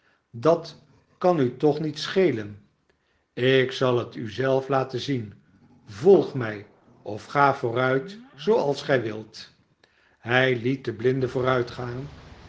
dat kan u toch niet schelen ik zal het u zelf laten zien volg mij of ga vooruit zooals gij wilt hij liet den blinde vooruitgaan